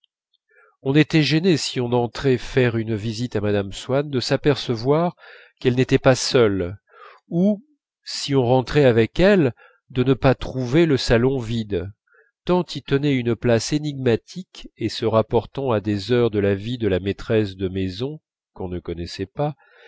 on était gêné si on entrait faire une visite à mme swann de s'apercevoir qu'elle n'était pas seule ou si on rentrait avec elle de ne pas trouver le salon vide tant y tenaient une place énigmatique et se rapportant à des heures de la vie de la maîtresse de maison qu'on ne connaissait pas